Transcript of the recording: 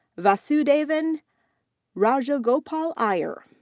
vasudevan rajagopal iyer.